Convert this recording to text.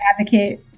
advocate